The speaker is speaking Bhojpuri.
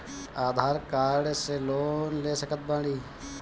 आधार कार्ड से लोन ले सकत बणी?